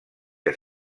que